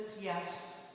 yes